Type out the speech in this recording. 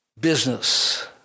business